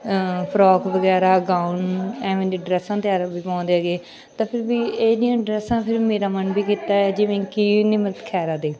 frock ਵਗੈਰਾ gown ਐਵੇਂ ਦੀ ਡਰੈਸਾਂ ਤਿਆਰ ਹੋ ਵੀ ਪਾਉਂਦੇ ਗੇ ਤਾਂ ਫਿਰ ਵੀ ਇਹ ਜਿਹੀਆਂ ਡਰੈਸਾਂ ਫਿਰ ਮੇਰਾ ਮਨ ਵੀ ਕੀਤਾ ਹੈ ਜਿਵੇਂ ਕਿ ਨਿਮਰਤ ਖੈਰਾ ਦੇ